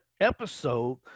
episode